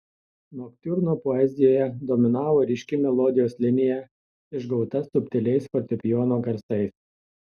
noktiurno poezijoje dominavo ryški melodijos linija išgauta subtiliais fortepijono garsais